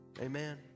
Amen